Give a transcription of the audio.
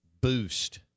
boost